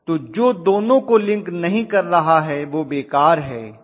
तो जो दोनों को लिंक नहीं कर रहा है वह बेकार है